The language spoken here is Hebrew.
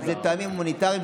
אלה טעמים הומניטריים.